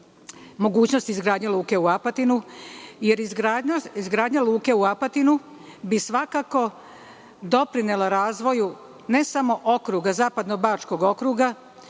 mogućnost izgradnje luke u Apatinu, jer izgradnjom luke u Apatinu bi svakako doprinela razvoju, ne samo Zapadnobačkog okruga,